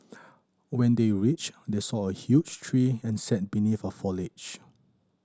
when they reached they saw a huge tree and sat beneath a foliage